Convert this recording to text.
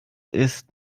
isst